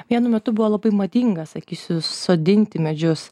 vienu metu buvo labai madinga sakysiu sodinti medžius